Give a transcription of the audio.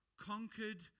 conquered